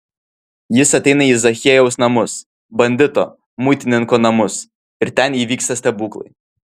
jis ateina į zachiejaus namus bandito muitininko namus ir ten įvyksta stebuklai